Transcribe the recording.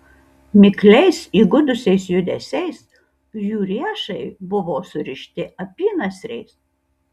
mikliais įgudusiais judesiais jų riešai buvo surišti apynasriais